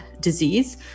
disease